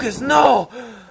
no